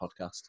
podcast